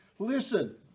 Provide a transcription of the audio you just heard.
Listen